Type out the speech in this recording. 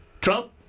Trump